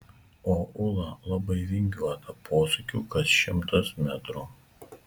o ūla labai vingiuota posūkių kas šimtas metrų